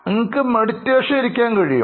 ധ്യാനത്തിൽഇരിക്കുവാൻ കഴിയും